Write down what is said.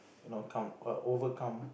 you know come uh overcome